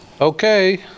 Okay